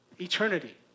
Eternity